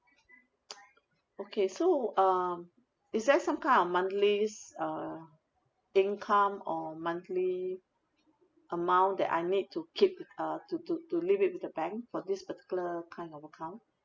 okay so um is there some kind of monthly's uh income or monthly amount that I need to keep uh to to to leave it with the bank for this particular kind of account